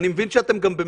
אני מבין שאתם גם במצוקה,